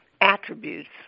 attributes